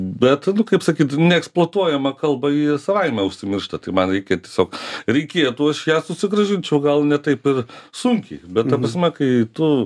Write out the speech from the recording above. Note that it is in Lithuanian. bet nu kaip sakyt neeksploatuojama kalba ji savaime užsimiršta tai man reikia tiesiog reikėtų aš ją susigrąžinčiau gal ne taip ir sunkiai bet ta prasme kai tu